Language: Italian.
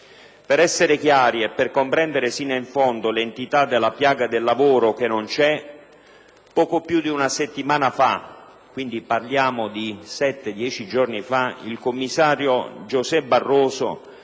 Per essere più chiari e comprendere sino in fondo l'entità della piaga del lavoro che non c'è, poco più di una settimana fa (parliamo di 7-10 giorni fa) il commissario José Barroso